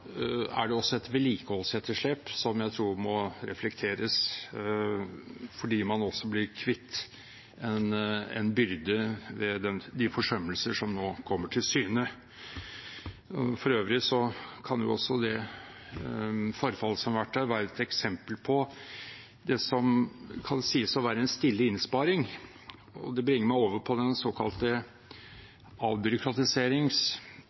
er det også et vedlikeholdsetterslep som jeg tror må reflekteres, fordi man også blir kvitt en byrde ved de forsømmelser som nå kommer til syne. For øvrig kan jo også det forfallet som har vært der, være et eksempel på det som kan sies å være en stille innsparing, og det bringer meg over